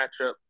matchup